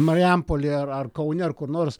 marijampolėj ar kaune ar kur nors